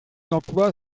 l’emploi